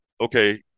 okay